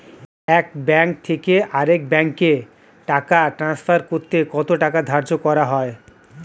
এক ব্যাংক থেকে আরেক ব্যাংকে টাকা টান্সফার করতে কত টাকা ধার্য করা হয়?